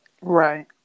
right